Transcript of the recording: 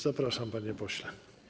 Zapraszam, panie pośle.